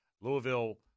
Louisville